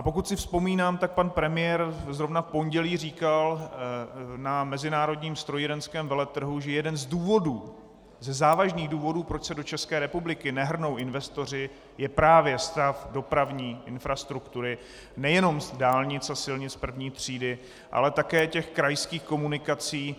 Pokud si vzpomínám, tak pan premiér zrovna v pondělí říkal na mezinárodním strojírenském veletrhu, že jeden ze závažných důvodů, proč se do České republiky nehrnou investoři, je právě stav dopravní infrastruktury nejenom dálnic a silnic 1. třídy, ale také těch krajských komunikací.